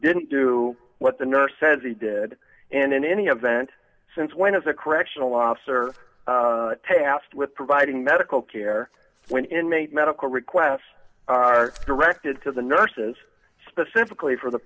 didn't do what the nurse says he did and in any event since when is a correctional officer tasked with providing medical care when inmate medical requests are directed to the nurses specifically for the